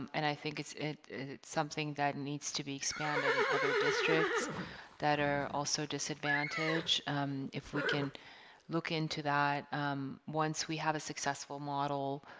and i think it's it's something that needs to be expanded in other districts that are also disadvantaged if we can look into that once we have a successful model